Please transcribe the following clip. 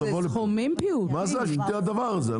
מה זה הדבר הזה?